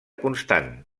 constant